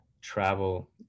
travel